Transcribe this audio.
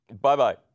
Bye-bye